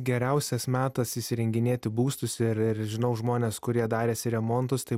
geriausias metas įsirenginėti būstus ir ir žinau žmones kurie darėsi remontus tai